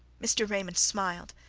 mr. raymond smiled,